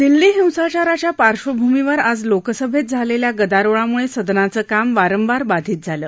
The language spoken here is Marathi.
दिल्ली हिंसाचाराच्या पार्श्वभूमीवर आज लोकसभ झालख्वा गदारोळामुळखिदनाचं काम वारंवार बाधीत झालं